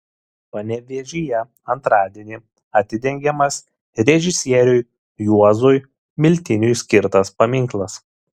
panevėžyje antradienį atidengiamas režisieriui juozui miltiniui skirtas paminklas